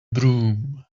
broom